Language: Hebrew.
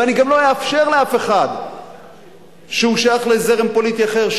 ואני גם לא אאפשר לאף אחד שהוא שייך לזרם פוליטי אחר,